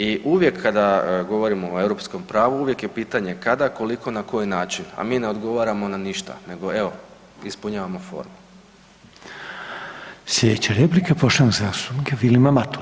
I uvijek kada govorimo o europskom pravu uvijek je pitanje kada, koliko, na koji način, a mi ne odgovaramo na ništa nego evo ispunjavamo formu.